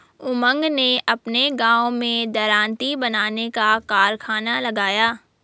उमंग ने अपने गांव में दरांती बनाने का कारखाना लगाया